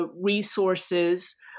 resources